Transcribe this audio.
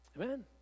Amen